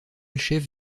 chef